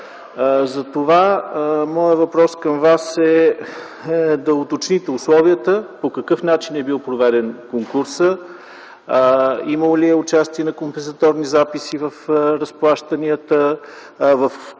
Затова моят въпрос към Вас е да уточните условията по какъв начин е бил проведен конкурсът, имало ли е участие на компенсаторни записи в разплащанията, в кои